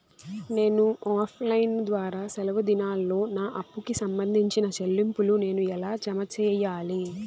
నేను offline ద్వారా సెలవు దినాల్లో నా అప్పుకి సంబంధించిన చెల్లింపులు నేను ఎలా జామ సెయ్యాలి?